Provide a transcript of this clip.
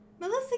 Melissa